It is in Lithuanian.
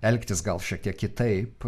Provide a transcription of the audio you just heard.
elgtis gal šiek tiek kitaip